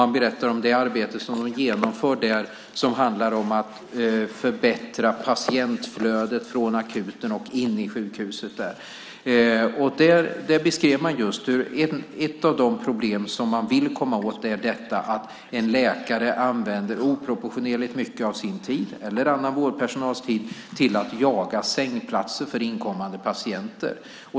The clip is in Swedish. De berättade om det arbete som de där genomför och som handlar om att förbättra patientflödet från akuten och in i sjukhuset. De beskrev att ett av de problem de vill komma åt är att läkare, eller annan vårdpersonal, använder oproportionerligt mycket av sin tid till att jaga sängplatser för inkommande patienter.